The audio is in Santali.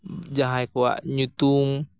ᱡᱟᱦᱟᱸᱭ ᱠᱚᱣᱟᱜ ᱧᱩᱛᱩᱢ